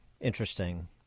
interesting